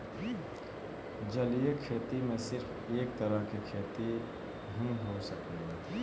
जलीय खेती में सिर्फ एक तरह के खेती ही हो सकेला